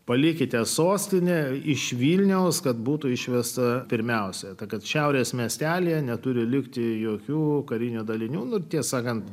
palikite sostinę iš vilniaus kad būtų išvesta pirmiausia ta kad šiaurės miestelyje neturi likti jokių karinių dalinių nu ties sakant